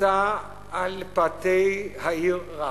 נמצא על פאתי העיר רהט,